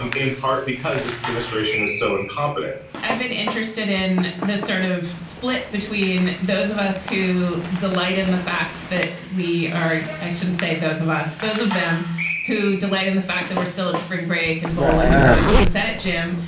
and in part because this administration is so incompetent i've been interested in this sort of split between those of us who delight in the fact that we are. i shouldn't say those. those of them who delight in the fact that we're still at spring break and bowling and going to the senate gym,